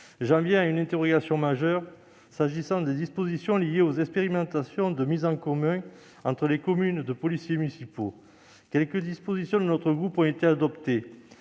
J'en viens à une interrogation majeure relative aux dispositions liées aux expérimentations de mise en commun entre les communes de policiers municipaux. Quelques dispositions de notre groupe ont été adoptées